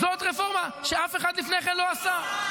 זאת רפורמה שאף אחד לפני כן לא עשה.